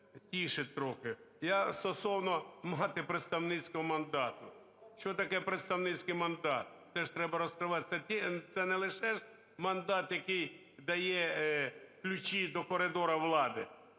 тішить трохи. Я стосовно мати представницького мандату. Що таке представницький мандат? Це ж треба розкривати. Це не лише мандат, який дає ключі до коридору влади,